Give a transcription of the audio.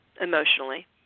emotionally